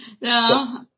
no